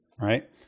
right